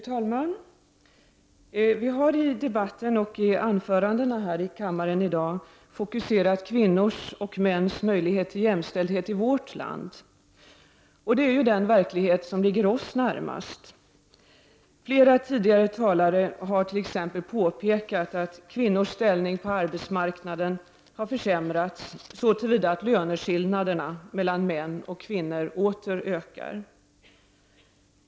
Fru talman! Vi har i debatten och i anförandena här i kammaren i dag fokuserat kvinnors och mäns möjlighet till jämställdhet i vårt land. Det är den verklighet som ligger oss närmast. Flera tidigare talare har t.ex. påpekat att kvinnors ställning på arbetsmarknaden har försämrats så till vida att löneskillnaderna mellan män och kvinnor åter ökar.